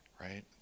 right